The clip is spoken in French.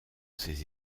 ses